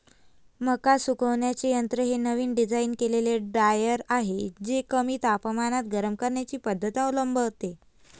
मका सुकवण्याचे यंत्र हे नवीन डिझाइन केलेले ड्रायर आहे जे कमी तापमानात गरम करण्याची पद्धत अवलंबते